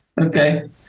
Okay